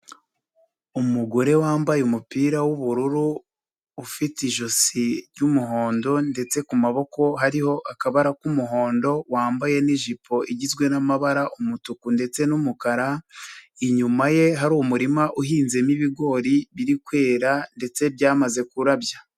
Umugore wambaye umupira w'ubururu ufite ijosi ry'umuhondo ndetse ku maboko hariho akabara k'umuhondo wambaye n'ijipo igizwe n'amabara umutuku ndetse n'umukara, inyuma ye hari umurima uhinzemo ibigori biri kwera ndetse byamaze kurabya.